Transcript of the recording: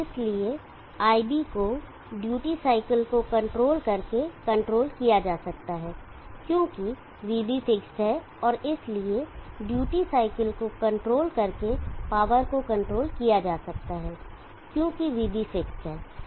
इसलिए iB को duty cycle को कंट्रोल करके कंट्रोल किया जा सकता है क्योंकि vB फिक्सड है और इसलिए ड्यूटी साइकिल को कंट्रोल करके पावर को कंट्रोल किया जा सकता है क्योंकि vB फिक्सड है